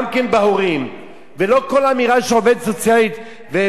ולא כל אמירה של עובדת סוציאלית ומישהי ששייכת לחוק הנוער,